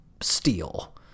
steal